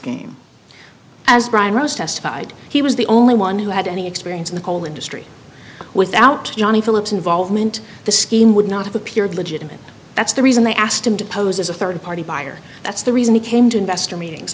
scheme as brian ross testified he was the only one who had any experience in the coal industry without johnny phillips involvement the scheme would not have appeared legitimate that's the reason they asked him to pose as a third party buyer that's the reason he came to investor meetings